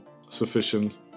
sufficient